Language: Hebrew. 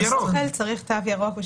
בתוך קניון,